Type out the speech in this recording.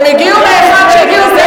הם הגיעו מהיכן שהם הגיעו.